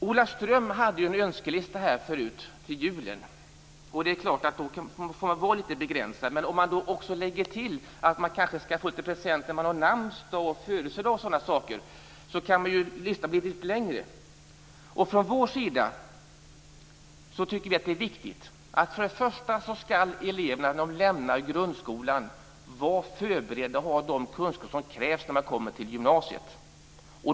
Ola Ström hade en önskelista inför julen. Det är klart att då måste man vara litet begränsad. Men om vi också lägger till att man kanske får litet presenter när man har namnsdag och födelsedag kan listan bli litet längre. Från vår sida tycker vi att det är viktigt att när eleverna lämnar grundskolan skall de vara förberedda och ha de kunskaper som krävs när man börjar på gymnasiet.